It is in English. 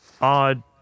odd